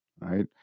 right